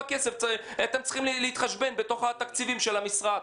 כסף אתם צריכים להתחשבן בתוך התקציבים של המשרד.